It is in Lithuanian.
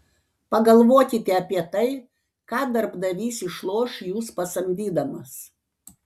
pagalvokite apie tai ką darbdavys išloš jus pasamdydamas